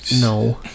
no